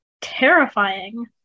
terrifying